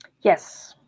Yes